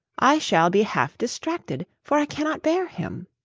i shall be half distracted, for i cannot bear him.